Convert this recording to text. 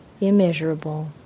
immeasurable